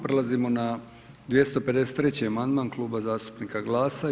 Prelazimo na 253. amandman Kluba zastupnika GLAS-a.